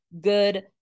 good